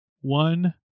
one